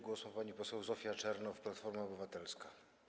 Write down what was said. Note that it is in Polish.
Głos ma pani poseł Zofia Czernow, Platforma Obywatelska.